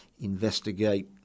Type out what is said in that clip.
investigate